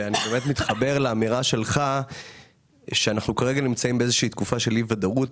אני מתחבר לאמירה שלך שאנחנו נמצאים כרגע בתקופה של אי ודאות.